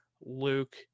Luke